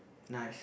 nice